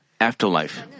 afterlife